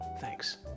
Thanks